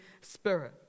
Spirit